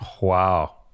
Wow